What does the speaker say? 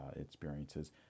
experiences